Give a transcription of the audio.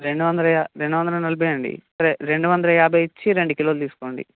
రెండు వందల రెండు వందల నలభై అండి అదే రెండు వందల యాభై ఇచ్చి రెండు కిలోలు తీసుకోండి